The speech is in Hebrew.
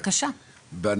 בבקשה.